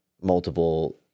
multiple